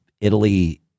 Italy